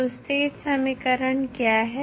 तो स्टेट समीकरण क्या है